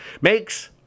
Makes